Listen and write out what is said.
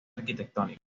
arquitectónicos